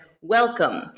welcome